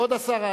כבוד השר,